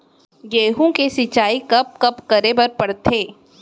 गेहूँ के सिंचाई कब कब करे बर पड़थे?